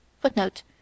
footnote